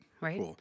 Right